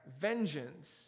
vengeance